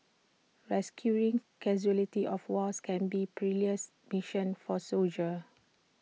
rescuing casualties of wars can be perilous mission for soldiers